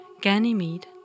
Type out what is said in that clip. Ganymede